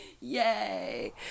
Yay